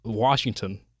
Washington